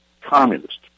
communist